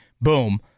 boom